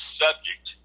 subject